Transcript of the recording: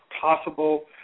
possible